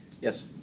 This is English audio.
Yes